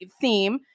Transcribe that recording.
theme